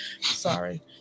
Sorry